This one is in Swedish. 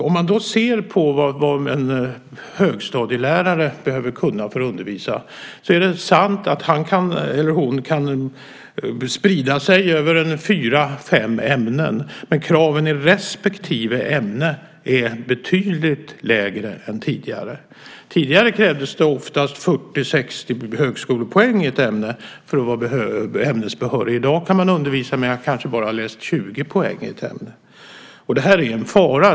Om man då ser på vad en högstadielärare behöver kunna för att undervisa är det sant att han eller hon kan sprida sig över fyra fem ämnen, men kraven i respektive ämne är betydligt lägre än tidigare. Tidigare krävdes det oftast 40-60 högskolepoäng i ett ämne för att vara ämnesbehörig. I dag kan man undervisa efter att kanske ha läst bara 20 poäng i ett ämne. Det är en fara.